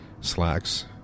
Slacks